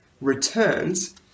returns